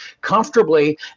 comfortably